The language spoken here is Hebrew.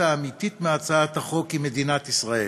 האמיתית מהצעת החוק היא מדינת ישראל.